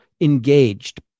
engaged